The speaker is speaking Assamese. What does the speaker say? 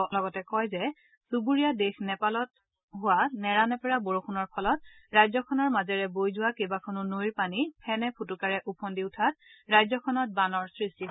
তেওঁ লগতে কয় যে চুবুৰীয়া দেশ নেপালত হোৱা নেৰানেপেৰা বৰষুণৰ ফলত ৰাজ্যখনৰ মাজেৰে বৈ যোৱা কেইবাখনো নৈৰ পানী ফেনে ফোটোকাৰে ওফন্দি উঠাত ৰাজ্যখনত বানৰ সৃষ্টি হৈছে